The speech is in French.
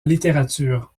littérature